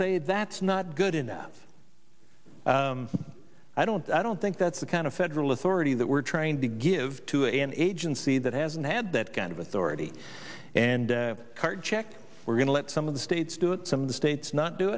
say that's not good enough i don't i don't think that's the kind of federal authority that we're trying to give to an agency that hasn't had that kind of authority and card check we're going to let some of the states do it some of the states not do